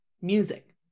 music